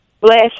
Bless